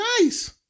Nice